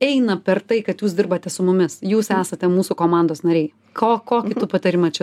eina per tai kad jūs dirbate su mumis jūs esate mūsų komandos nariai ko kokį tu patarimą čia